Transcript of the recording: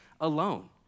alone